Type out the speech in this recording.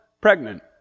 pregnant